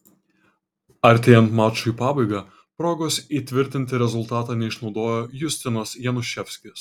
artėjant mačui į pabaigą progos įtvirtinti rezultatą neišnaudojo justinas januševskis